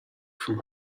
from